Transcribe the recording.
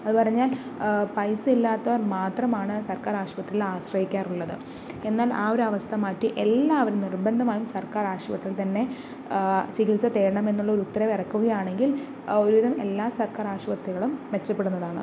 അതു പറഞ്ഞാൽ പൈസ ഇല്ലാത്തവർ മാത്രമാണ് സർക്കാർ ആശുപത്രിയിൽ ആശ്രയിക്കാറുള്ളത് എന്നാൽ ആ ഒരു അവസ്ഥ മാറ്റി എല്ലാവരും നിർബന്ധമായും സർക്കാർ ആശുപത്രിയിൽ തന്നെ ചികിത്സ തേടണം എന്നുള്ള ഒരു ഉത്തരവ് ഇറക്കുകയാണെങ്കിൽ ഒരുവിധം എല്ലാ സർക്കാർ ആശുപത്രികളും മെച്ചപ്പെടുന്നതാണ്